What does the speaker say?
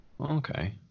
Okay